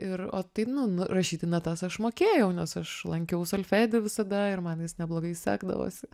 ir o tai nu rašyti natas aš mokėjau nes aš lankiau solfedį visada ir man jis neblogai sekdavosi